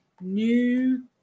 new